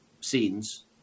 scenes